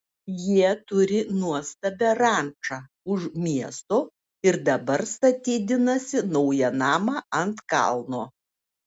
jie turi nuostabią rančą už miesto ir dabar statydinasi naują namą ant kalno